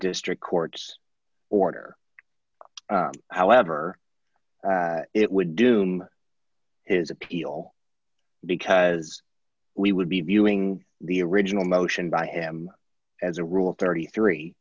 district court's order however it would do is appeal because we would be viewing the original motion by him as a rule thirty three